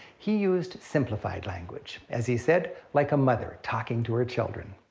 he used simplified language, as he said, like a mother talking to her children.